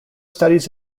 studies